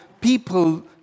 people